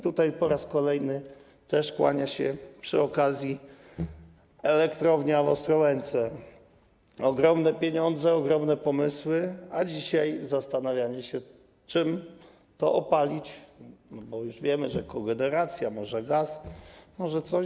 Tutaj po raz kolejny kłania się kwestia elektrowni w Ostrołęce - ogromne pieniądze, ogromne pomysły, a dzisiaj zastanawiamy się, czym to opalić, bo już wiemy, że kogeneracja, może gaz, może coś.